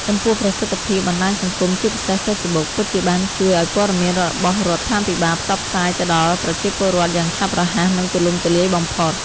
ចំពោះប្រសិទ្ធភាពបណ្ដាញសង្គម ជាពិសេស Facebook ពិតជាបានជួយឱ្យព័ត៌មានរបស់រដ្ឋាភិបាលផ្សព្វផ្សាយទៅដល់ប្រជាពលរដ្ឋយ៉ាងឆាប់រហ័ស និងទូលំទូលាយបំផុត។